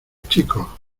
chicos